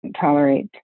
tolerate